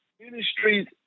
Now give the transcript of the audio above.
ministries